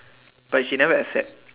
but she never accept